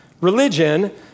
religion